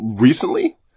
Recently